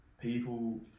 people